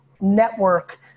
network